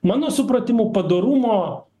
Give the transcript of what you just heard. mano supratimu padorumo